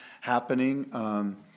happening